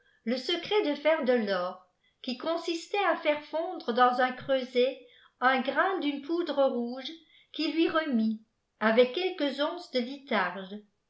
le secret de faire de l'or qui consistait à faire fondre dans un creuset un grin d'une poudre rouge qu'il lui remit avec quelques onces de